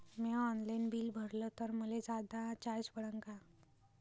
म्या online bill भरलं तर मले जादा चार्ज पडन का?